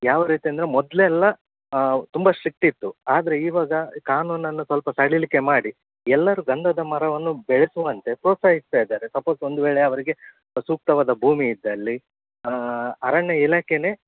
ಯಾವ ರೀತಿ ಅಂದರೆ ಮೊದಲೆಲ್ಲ ತುಂಬ ಸ್ಟ್ರಿಕ್ಟಿತ್ತು ಆದರೆ ಇವಾಗ ಕಾನೂನನ್ನು ಸ್ವಲ್ಪ ಸಡಿಲಿಕೆ ಮಾಡಿ ಎಲ್ಲರೂ ಗಂಧದ ಮರವನ್ನು ಬೆಳೆಸುವಂತೆ ಪ್ರೋತ್ಸಾಹಿಸ್ತಾಯಿದ್ದಾರೆ ಸಪೋಸ್ ಒಂದು ವೇಳೆ ಅವರಿಗೆ ಸೂಕ್ತವಾದ ಭೂಮಿ ಇದ್ದಲ್ಲಿ ಅರಣ್ಯ ಇಲಾಖೆನೇ